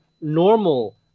normal